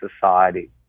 society